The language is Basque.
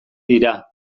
dira